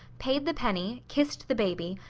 paid the penny, kissed the baby,